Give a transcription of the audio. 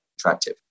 attractive